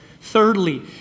Thirdly